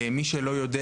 מי שלא יודע